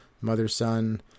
mother-son